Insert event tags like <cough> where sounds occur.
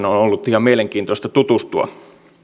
<unintelligible> ollut ihan mielenkiintoista tutustua